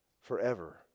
forever